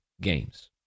games